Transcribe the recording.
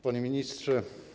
Panie Ministrze!